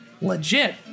legit